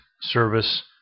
service